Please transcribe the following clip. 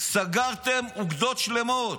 סגרתם אוגדות שלמות,